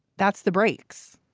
that's the breaks.